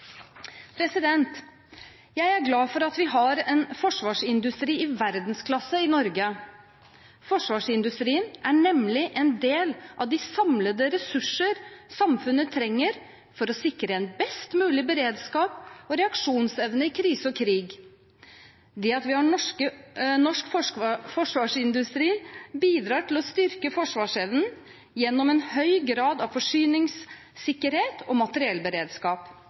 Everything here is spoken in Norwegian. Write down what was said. Jeg er glad for at vi har en forsvarsindustri i verdensklasse i Norge. Forsvarsindustrien er nemlig en del av de samlede ressurser samfunnet trenger for å sikre en best mulig beredskap og reaksjonsevne i krise og krig. Det at vi har en norsk forsvarsindustri, bidrar til å styrke forsvarsevnen gjennom en høy grad av forsyningssikkerhet og materiellberedskap.